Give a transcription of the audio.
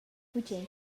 bugen